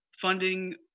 funding